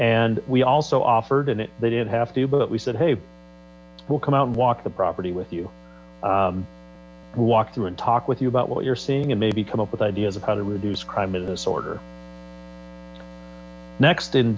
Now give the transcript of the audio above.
and we also offered and they didn't have to but we said hey we'll come out and walk the property with you to walk through and talk with you about what you're seeing maybe come up with ideas of how to reduce crime and disorder next in